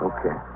Okay